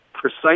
precise